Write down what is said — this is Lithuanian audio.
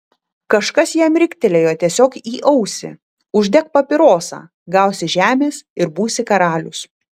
kažkas jam riktelėjo tiesiog į ausį uždek papirosą gausi žemės ir būsi karalius